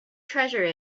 treasure